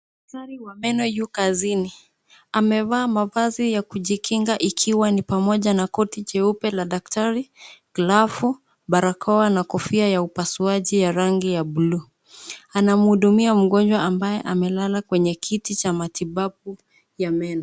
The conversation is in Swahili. Daktari wa meno yu kazini. Amevaa mavazi ya kujikinga ikiwa ni pamoja na koti jeupe la daktari, glavu, barakoa na kofia ya upasuaji ya rangi ya buluu. Anamhudumia mgonjwa ambaye amelala kwenye kiti cha matibabu ya meno.